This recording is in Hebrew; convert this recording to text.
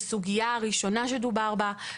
לסוגיה הראשונה שדובר בה,